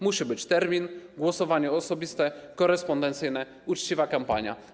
Musi być termin, głosowanie osobiste, korespondencyjne, uczciwa kampania.